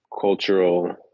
cultural